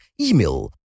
email